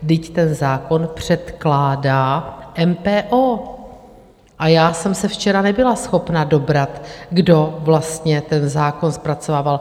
Vždyť ten zákon předkládá MPO, a já jsem se včera nebyla schopna dobrat, kdo vlastně ten zákon zpracovával.